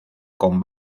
con